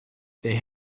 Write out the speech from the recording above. they